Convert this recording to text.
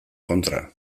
kontra